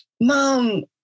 mom